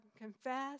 Confess